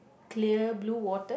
clear blue water